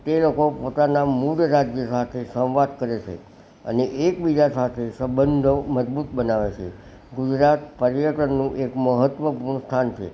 તે લોકો પોતાના મૂળ રાજ્ય સાથે સંવાદ કરે છે અને એકબીજા સાથે સબંધો મજબૂત બનાવે છે ગુજરાત પર્યટનનું એક મહત્વપૂર્ણ સ્થાન છે